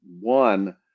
one